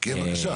כן, בבקשה.